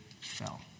fell